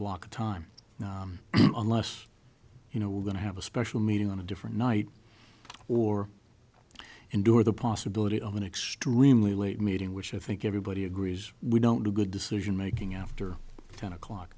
block of time unless you know we're going to have a special meeting on a different night or endure the possibility of an extremely late meeting which i think everybody agrees we don't do good decision making after ten o'clock